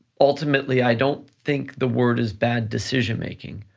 ultimately, i don't think the word is bad decision making,